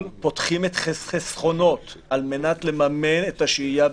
פותחים חסכונות כדי לממן את השהייה בבוסטון.